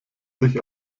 sich